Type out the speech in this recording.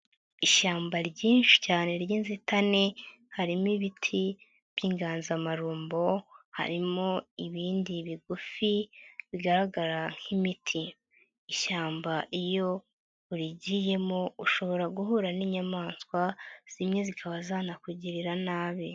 Ishyamba ryinshi cyane ry'inzitane, harimo ibiti by'inganzamarumbo, harimo ibindi bigufi, bigaragara nk'imiti, ishyamba iyo urigiyemo, ushobora guhura n'inyamanswa, zimwe zikaba zanakugirira nabi.